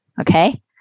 Okay